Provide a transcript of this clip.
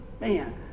man